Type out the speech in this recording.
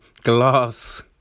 glass